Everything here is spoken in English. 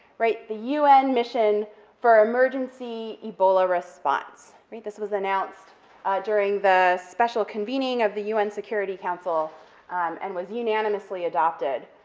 right, the un mission for emergency ebola response, right, this was announced during the special convening of the un security council and was unanimously adopted.